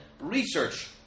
research